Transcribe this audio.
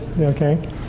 okay